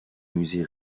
musée